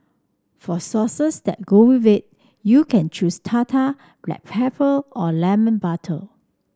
for sauces that go with it you can choose tartar black pepper or lemon butter